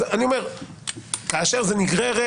אז אני אומר שכאשר זה נגררת,